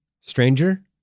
Stranger